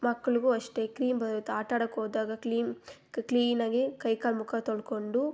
ಮಕ್ಳಿಗು ಅಷ್ಟೆ ಕ್ಲೀನ್ ಬರುತ್ತೆ ಆಟ ಆಡಕ್ಕೋದಾಗ ಕ್ಲೀನ್ ಕ್ಲೀನಾಗಿ ಕೈ ಕಾಲು ಮುಖ ತೊಳ್ಕೊಂಡು